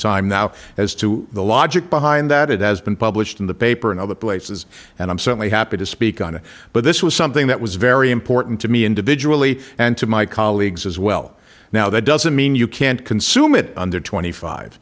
time now as to the logic behind that it has been published in the paper in other places and i'm certainly happy to speak on it but this was something that was very important to me individually and to my colleagues as well now that doesn't mean you can't consume it under twenty five